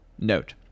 Note